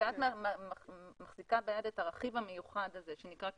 כשאת מחזיקה ביד את הרכיב המיוחד הזה שנקרא כרטיס,